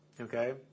okay